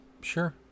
sure